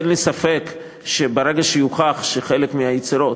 אין לי ספק שברגע שיוכח שחלק מהיצירות,